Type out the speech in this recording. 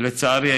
ולצערי,